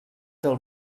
del